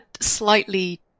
slightly